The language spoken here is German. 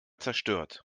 zerstört